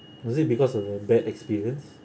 was it because of a bad experience